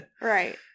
Right